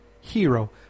hero